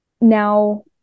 Now